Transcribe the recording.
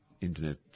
internet